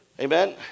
Amen